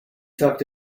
tucked